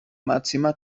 máxima